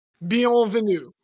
Bienvenue